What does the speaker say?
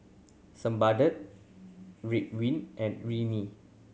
Ridwind and Rene